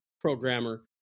programmer